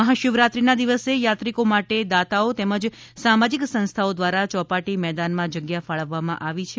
મહાશિવરાત્રીના દિવસે યાત્રિકો માટે દાતાઓ તેમજ સામાજિક સંસ્થાઓ દ્વારા યોપાટી મેદાનમાં જગ્યા ફાળવવામાં આવી છે